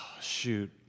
Shoot